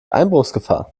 einbruchsgefahr